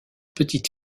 petite